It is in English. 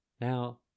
Now